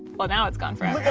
well now it's gone forever.